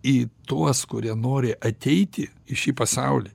į tuos kurie nori ateiti į šį pasaulį